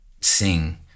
sing